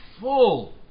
full